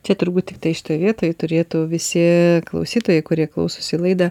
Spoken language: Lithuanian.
čia turbūt tiktai šitoj vietoj turėtų visi klausytojai kurie klausosi laidą